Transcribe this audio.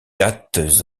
dates